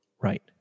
Right